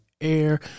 air